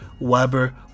Weber